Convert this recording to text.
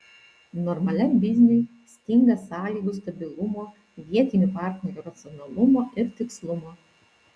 normaliam bizniui stinga sąlygų stabilumo vietinių partnerių racionalumo ir tikslumo